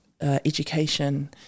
Education